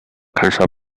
cancer